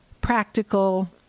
practical